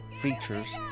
features